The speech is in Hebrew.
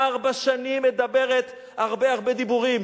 ארבע שנים, מדברת הרבה-הרבה דיבורים?